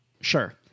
Sure